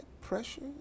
pressure